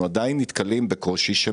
אנחנו עדיין נתקלים בקושי של